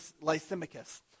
Lysimachus